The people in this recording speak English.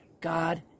God